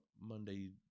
Monday